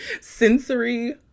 sensory